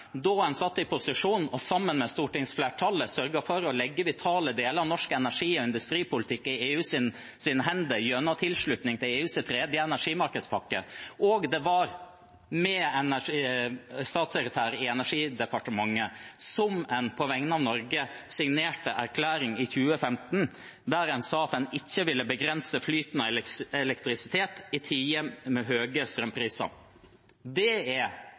da de var i posisjon, og sammen med stortingsflertallet sørget de for å legge vitale deler av norsk energi- og industripolitikk i EUs hender gjennom tilslutning til EUs tredje energimarkedspakke. Det var også en statssekretær i Olje- og energidepartementet som på vegne av Norge signerte en erklæring i 2015 der en sa at en ikke ville begrense flyten av elektrisitet i tider med høye strømpriser. Det er